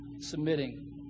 submitting